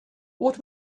what